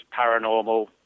paranormal